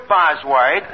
Bosworth